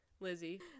Lizzie